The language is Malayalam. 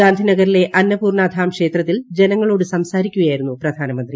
ഗാന്ധിനഗറിലെ അന്നപൂർണ്ണ ധാം ക്ഷേത്രത്തിൽ ജനങ്ങളോട് സംസാരിക്കുകയായിരുന്നു പ്രധാനമന്ത്രി